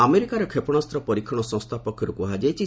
ଆମେରିକାର କ୍ଷେପଶାସ୍ତ୍ର ପରୀକ୍ଷଣ ସଂସ୍ଥା ପକ୍ଷରୁ କୁହାଯାଇଛି